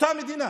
באותה מדינה,